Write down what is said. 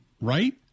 Right